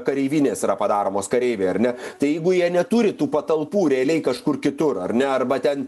kareivinės yra padaromos kareiviai ar ne tai jeigu jie neturi tų patalpų realiai kažkur kitur ar ne arba ten